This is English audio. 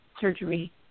surgery